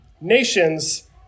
nations